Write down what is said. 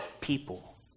people